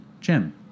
Jim